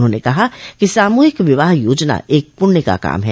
उन्होंने कहा कि सामूहिक विवाह योजना एक पुण्य का काम है